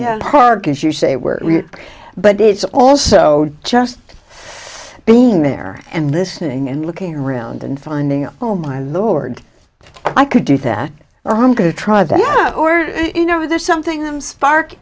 park as you say were but it's also just being there and listening and looking around and finding out oh my lord i could do that or i'm going to try this or you know there's something i'm spark